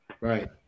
Right